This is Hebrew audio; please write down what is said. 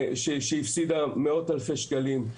היא הפסידה מאות אלפי שקלים.